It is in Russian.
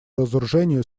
разоружению